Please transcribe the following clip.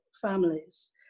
families